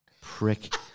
prick